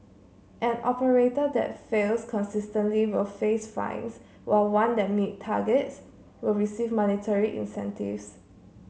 an operator that fails consistently will face fines while one that meet targets will receive monetary incentives